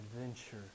adventure